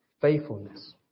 faithfulness